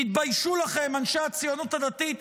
תתביישו לכם, אנשי הציונות הדתית.